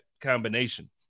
combination